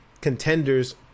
contenders